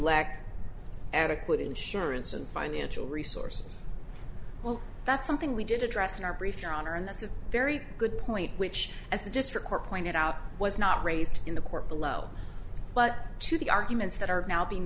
lacked adequate insurance and financial resources well that's something we did address in our brief your honor and that's a very good point which as the district court pointed out was not raised in the court below but to the arguments that are now being